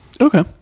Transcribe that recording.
Okay